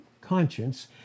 conscience